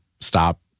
stop